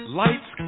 lights